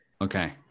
Okay